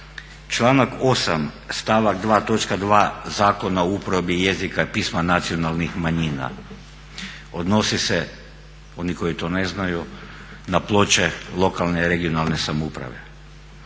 "Članak 8. stavak 2. točka 2. Zakona o uporabi jezika i pisma nacionalnih manjina odnosi se oni koji to ne znaju na ploče lokalne i regionalne samouprave.